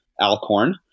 Alcorn